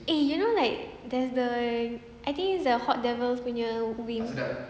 eh you know like there's the I think it's the hot devil punya wings